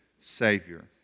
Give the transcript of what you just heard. Savior